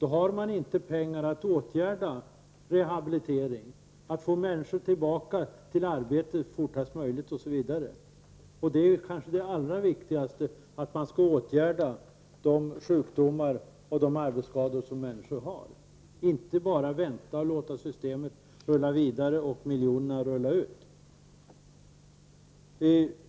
har man inte pengar att åstadkomma rehabilitering, att få människor tillbaka till arbetet fortast möjligt, osv. Att åtgärda de sjukdomar och arbetsskador som människor har och inte bara vänta och låta systemet rulla vidare och miljonerna rulla ut, är kanske det allra viktigaste.